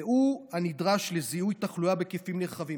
והוא הנדרש לזיהוי תחלואה בהיקפים נרחבים.